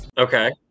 Okay